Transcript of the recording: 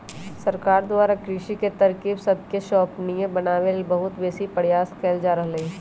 सरकार द्वारा कृषि के तरकिब सबके संपोषणीय बनाबे लेल बहुत बेशी प्रयास कएल जा रहल हइ